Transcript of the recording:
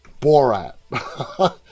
Borat